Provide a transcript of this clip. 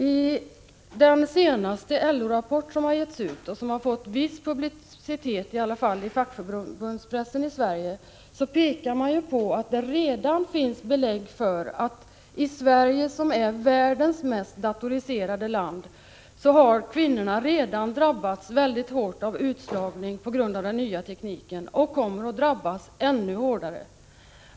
I den senaste LO-rapport som har getts ut och som har fått viss publicitet, i varje fall i fackförbundspressen i Sverige, pekar man på att det redan finns belägg för att i Sverige, som är världens mest datoriserade land, har kvinnorna redan drabbats hårt av utslagning på grund av den nya tekniken och kommer att drabbas ännu hårdare.